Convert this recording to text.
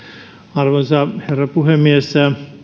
arvoisa herra puhemies